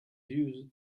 used